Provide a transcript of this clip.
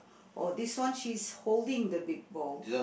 or this one she is holding the big balls